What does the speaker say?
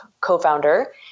co-founder